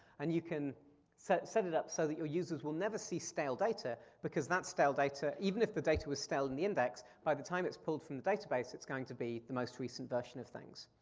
and you can set set it up so that your users will never see stale data because that stale data, even if the data was stale in the index, by the time it's pulled from the database, it's going to be the most recent version of things.